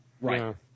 Right